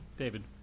David